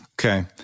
Okay